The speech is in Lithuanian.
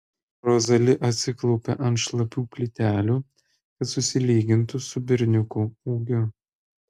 rozali atsiklaupia ant šlapių plytelių kad susilygintų su berniuku ūgiu